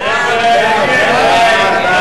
מי